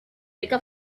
picked